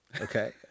Okay